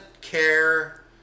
care